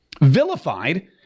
Vilified